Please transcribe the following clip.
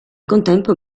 contempo